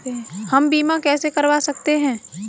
हम बीमा कैसे करवा सकते हैं?